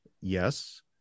yes